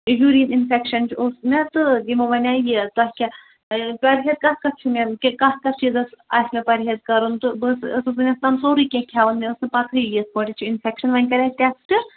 urine infection تہِ اوس مےٚ تہٕ یِمو وَنیٛوے یہِ تَتھ کیٛاہ پرہیز پرہیز کَتھ کَتھ چھُ مےٚ کہِ کَتھ کَتھ چیٖزَس آسہِ مےٚ پَرہیز کَرُن تہٕ بہٕ ٲسہٕ ٲسٕس بہٕ یژھان سورُے کیٚنٛہہ کھیٚوان مےٚ ٲس نہٕ پَتہٕے یِتھٕ پٲٹھۍ یہِ چھُ اِنفیٚکشَن وۅنۍ کَرے ٹیٚسٹہٕ